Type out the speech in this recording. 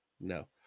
no